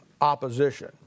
opposition